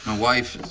wife,